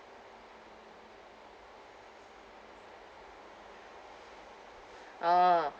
ah